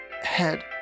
head